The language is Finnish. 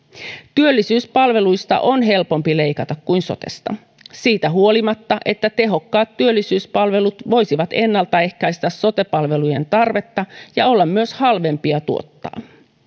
työllisyyspalveluista on helpompi leikata kuin sotesta siitä huolimatta että tehokkaat työllisyyspalvelut voisivat ennaltaehkäistä sote palvelujen tarvetta ja olla myös halvempia tuottaa